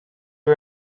you